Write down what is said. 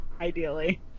ideally